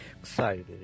excited